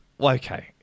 okay